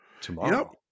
tomorrow